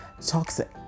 toxic